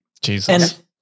Jesus